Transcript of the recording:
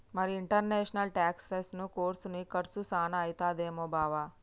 మరి ఇంటర్నేషనల్ టాక్సెసను కోర్సుకి కర్సు సాన అయితదేమో బావా